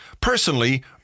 Personally